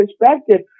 perspective